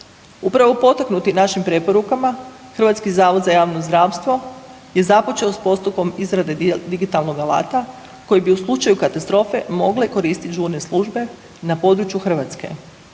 Upravo potaknuti našim preporukama HZJZ je započeo s postupkom izrade digitalnog alata koji bi u slučaju katastrofe mogle koristiti žurne službe na području Hrvatske.